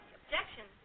objection